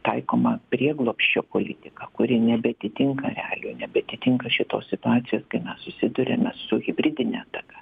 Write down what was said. taikoma prieglobsčio politika kuri nebeatitinka realijų nebeatitinka šitos situacijos kai mes susiduriame su hibridine ataka